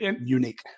unique